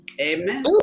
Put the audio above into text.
Amen